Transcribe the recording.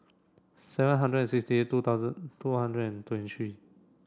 seven hundred and sixty eight two thousand two hundred and twenty three